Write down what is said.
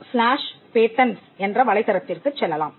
compatents என்ற வலைத்தளத்திற்கு செல்லலாம்